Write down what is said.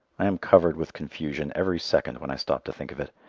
i am covered with confusion every second when i stop to think of it,